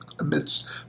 amidst